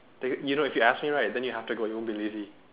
take you know if you ask me right then you have to go if you won't be lazy